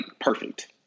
perfect